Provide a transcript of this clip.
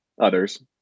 others